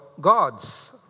gods